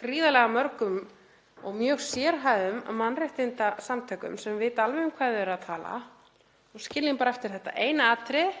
gríðarlega mörgum og mjög sérhæfðum mannréttindasamtökum sem vita alveg um hvað þau eru að tala, og skiljum bara eftir þetta eina atriði.